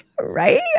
right